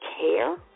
care